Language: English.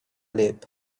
lip